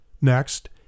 Next